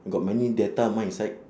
got many data hor inside